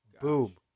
boom